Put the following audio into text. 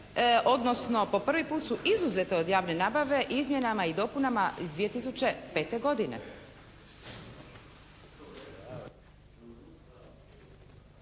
odnosno po prvi put su izuzete iz javne nabave izmjenama i dopunama iz 2005. godine.